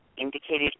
indicated